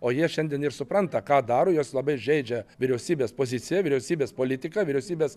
o jie šiandien ir supranta ką daro juos labai žeidžia vyriausybės pozicija vyriausybės politika vyriausybės